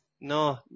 No